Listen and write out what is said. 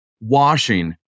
washing